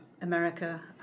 America